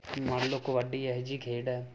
ਮੰਨ ਲਓ ਕਬੱਡੀ ਇਹ ਜਿਹੀ ਖੇਡ ਹੈ